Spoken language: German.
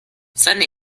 seine